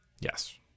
yes